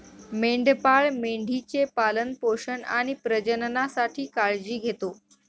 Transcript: मेंढपाळ मेंढी चे पालन पोषण आणि प्रजननासाठी काळजी घेतो